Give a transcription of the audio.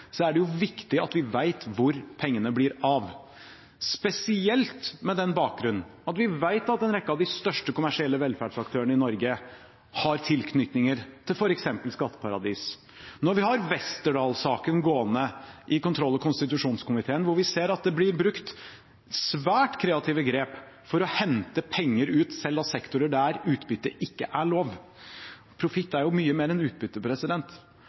er det jo viktig at vi vet hvor pengene blir av, spesielt med den bakgrunn at vi vet at en rekke av de største kommersielle velferdsaktørene i Norge har tilknytninger til f.eks. skatteparadis, og når vi har Westerdals-saken gående i kontroll- og konstitusjonskomiteen, hvor vi ser at det blir brukt svært kreative grep for å hente ut penger selv av sektorer der utbytte ikke er lov. Profitt er jo mye mer enn utbytte.